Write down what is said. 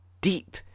deep